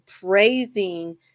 praising